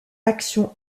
action